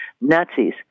Nazis